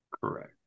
Correct